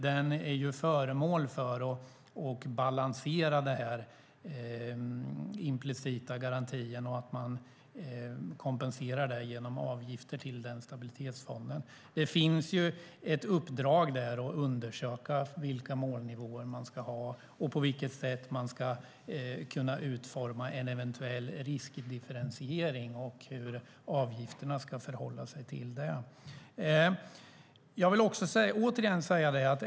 Den är till för att balansera den implicita garantin. Man kompenserar genom avgifter till den fonden. Det finns ett uppdrag att undersöka vilka målnivåer man ska ha och på vilket sätt man ska kunna utforma en eventuell riskdifferentiering och hur avgifterna ska förhålla sig till det.